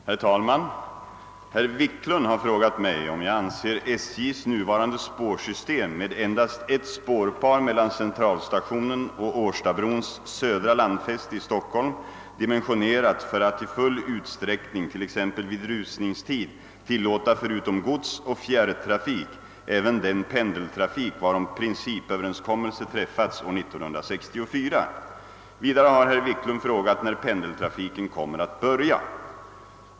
Herr talman! Herr Wiklund i Stockholm har frågat mig, om jag anser SJ:s nuvarande spårsystem med endast ett spårpar mellan Centralstationen och Årstabrons södra landfäste i Stockholm dimensionerat för att i full utsträckning, t.ex. vid rusningstid, tillåta förutom godsoch fjärrtrafik även den pendeltrafik varom = principöverenskommelse träffats år 1964. Vidare har herr Wiklund frågat när pendeltrafiken kommer att börja.